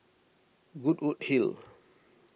Goodwood Hill